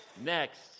Next